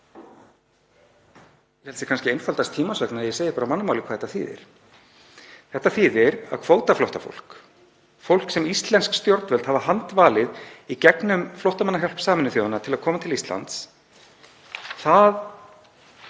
held ég kannski að sé einfaldast að ég segi á mannamáli hvað þetta þýðir. Þetta þýðir að kvótaflóttafólk, fólk sem íslensk stjórnvöld hafa handvalið í gegnum Flóttamannahjálp Sameinuðu þjóðanna til að koma til Íslands, mun